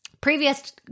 previous